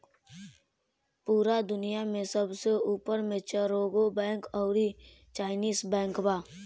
पूरा दुनिया में सबसे ऊपर मे चरगो बैंक अउरी चाइनीस बैंक बा